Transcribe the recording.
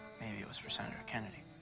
maybe it was for senator kennedy.